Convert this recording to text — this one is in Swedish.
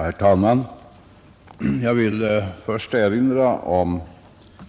Herr talman! Jag vill först erinra om